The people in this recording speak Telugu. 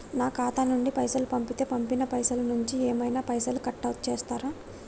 నా ఖాతా నుండి పైసలు పంపుతే పంపిన పైసల నుంచి ఏమైనా పైసలు కట్ చేత్తరా?